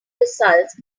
results